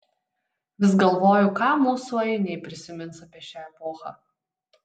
vis galvoju ką mūsų ainiai prisimins apie šią epochą